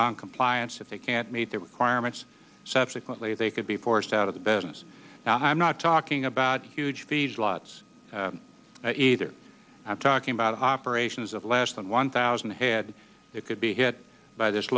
noncompliance if they can't meet their requirements subsequently they could be forced out of the business now i'm not talking about huge feedlots either i'm talking about operations of less than one thousand head it could be hit by this